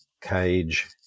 cage